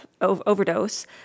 overdose